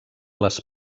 les